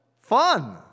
fun